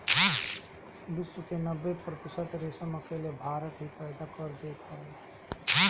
विश्व के नब्बे प्रतिशत रेशम अकेले भारत ही पैदा कर देत हवे